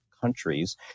countries